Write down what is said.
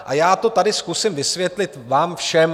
A já to tady zkusím vysvětlit vám všem.